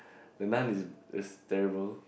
the Nun is is terrible